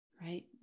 right